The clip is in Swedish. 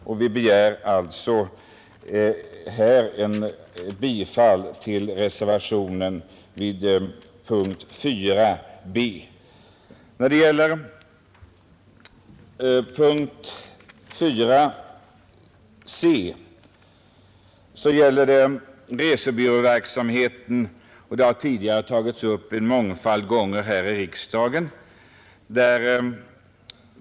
Jag yrkar alltså bifall till reservationen 2 b. Yrkandet i reservationen 2 c har ställts tidigare en mångfald gånger här i riksdagen.